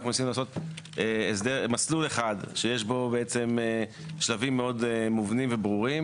אנחנו ניסינו לעשות מסלול אחד שיש בו שלבים מאוד מובנים וברורים,